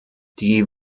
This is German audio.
die